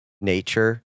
nature